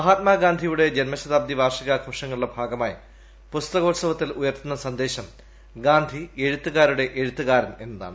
മഹാത്മാഗാന്ധിയുടെ ജന്മശതാബ്ദി വാർഷികാഘോഷങ്ങളുടെ ഭാഗമായി പുസ്തകോൽസവത്തിൽ ഉയർത്തുന്ന സന്ദേശം ഗാന്ധി എഴുത്തുകാരുടെ എഴുത്തുകാരൻ എന്നാണ്